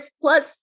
Plus